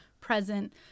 present